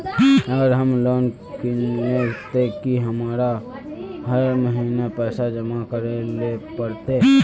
अगर हम लोन किनले ते की हमरा हर महीना पैसा जमा करे ले पड़ते?